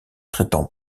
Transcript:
traitant